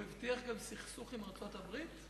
הוא הבטיח גם סכסוך עם ארצות-הברית?